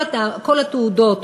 כל התעודות